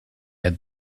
had